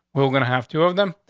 we're gonna have two of them.